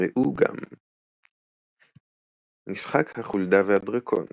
ראו גם משחק החולדה והדרקון